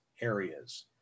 areas